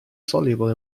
soluble